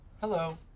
Hello